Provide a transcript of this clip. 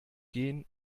gehen